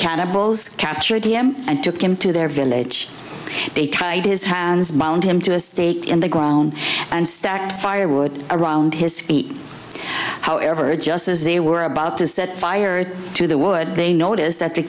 cannibals captured him and took him to their village they tied his hands bound him to a stake in the ground and stacked firewood around his feet however just as they were about to set fire to the would they not is that the